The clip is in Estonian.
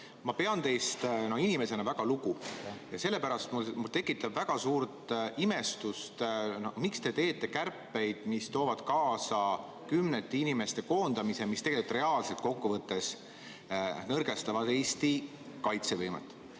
Ma pean teist inimesena väga lugu ja sellepärast tekitab väga suurt imestust, miks te teete kärpeid, mis toovad kaasa kümnete inimeste koondamise ja mis tegelikult reaalselt kokku võttes nõrgestavad Eesti kaitsevõimet.